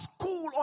school